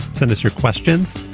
send us your questions.